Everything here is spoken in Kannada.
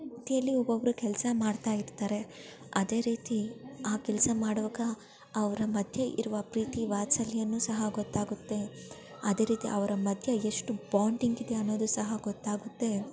ರೀತಿಯಲ್ಲಿ ಒಬ್ಬೊಬ್ಬರು ಕೆಲಸ ಮಾಡ್ತಾ ಇರ್ತಾರೆ ಅದೇ ರೀತಿ ಆ ಕೆಲಸ ಮಾಡುವಾಗ ಅವರ ಮಧ್ಯೆ ಇರುವ ಪ್ರೀತಿ ವಾತ್ಸಲ್ಯನು ಸಹ ಗೊತ್ತಾಗುತ್ತೆ ಅದೇ ರೀತಿ ಅವರ ಮಧ್ಯೆ ಎಷ್ಟು ಬಾಂಡಿಂಗ್ ಇದೆ ಅನ್ನೋದು ಸಹ ಗೊತ್ತಾಗುತ್ತೆ